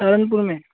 سہارنپور میں